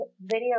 video